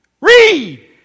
Read